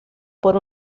por